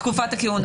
-- תקופת הכהונה.